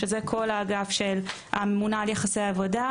שזה כל האגף של הממונה על יחסי עבודה,